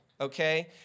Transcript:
okay